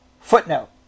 Footnote